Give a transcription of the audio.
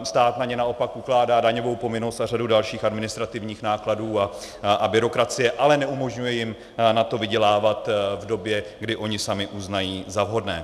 Stát na ně naopak ukládá daňovou povinnost a řadu dalších administrativních nákladů a byrokracie, ale neumožňuje jim na to vydělávat v době, kdy oni sami uznají za vhodné.